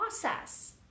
process